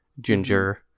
ginger